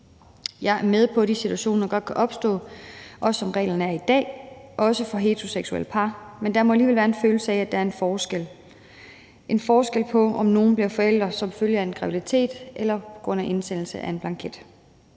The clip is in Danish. Jeg er med på, at de situationer godt kan opstå, også som reglen er i dag og også for heteroseksuelle par, men der må alligevel være en følelse af, at der er en forskel – en forskel på, om man bliver forældre som følge af en graviditet eller på grund af indsendelse af en blanket.